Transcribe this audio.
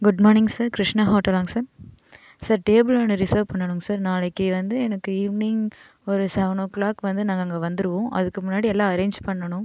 good morning sir Krishna ஹோட்டலாங்க sir sir table ஒன்று reserve பண்ணணுங்க sir நாளைக்கி வந்து எனக்கு ஈவினிங் ஒரு செவன் ஓ கிளாக் வந்து நாங்கள் அங்கே வந்துருவோம் அதுக்கு முன்னாடி எல்லாம் அரேஞ்ச் பண்ணணும்